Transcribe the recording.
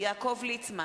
יעקב ליצמן,